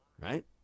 right